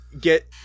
get